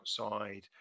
outside